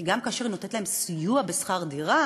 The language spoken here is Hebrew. כי גם כאשר היא נותנת להן סיוע בשכר דירה,